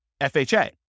FHA